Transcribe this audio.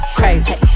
crazy